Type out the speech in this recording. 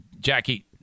Jackie